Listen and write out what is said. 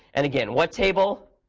and again, what table.